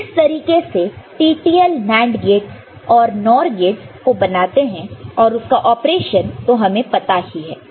तो इस तरीके से TTL NAND गेटस और NOR गेटस को बनाते हैं और उसका ऑपरेशन तो हमें पता ही है